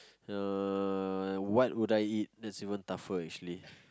uh what would I eat that's even tougher actually